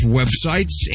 websites